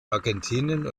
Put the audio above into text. argentinien